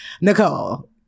Nicole